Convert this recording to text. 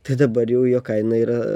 tai dabar jau jo kaina yra